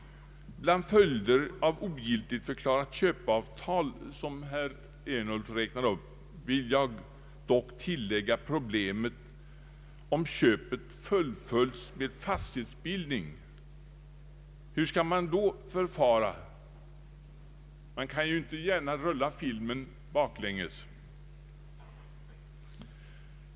Bland följder av ogiltigförklarat köpavtal vill jag dock tillägga problemet om köpet fullföljts med fastighetsbildning. Hur skall man då förfara? Man kan ju inte gärna rulla filmen baklänges.